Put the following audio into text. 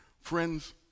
Friends